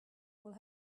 will